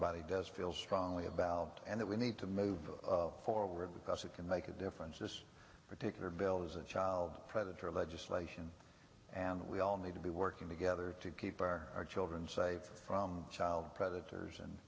body does feel strongly about and that we need to move forward because it can make a difference this particular bill is a child predator legislation and we all need to be working together to keep our children safe from child predators and